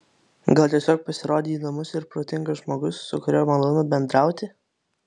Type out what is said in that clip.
gal tiesiog pasirodei įdomus ir protingas žmogus su kuriuo malonu bendrauti